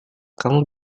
kamu